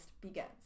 begins